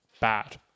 bad